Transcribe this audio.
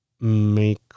Make